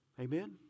Amen